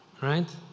right